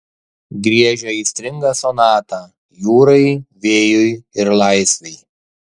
griežia aistringą sonatą jūrai vėjui ir laisvei